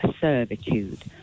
servitude